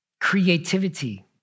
creativity